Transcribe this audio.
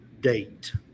date